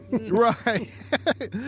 right